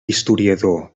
historiador